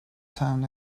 town